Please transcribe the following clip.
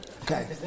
Okay